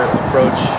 approach